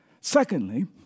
Secondly